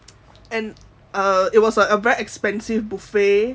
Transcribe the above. and uh it was a very expensive buffet